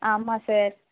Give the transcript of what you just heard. ஆமாம் சார்